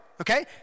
Okay